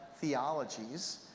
theologies